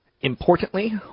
Importantly